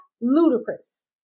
ludicrous